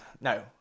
No